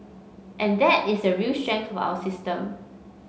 and that is a real strength of our system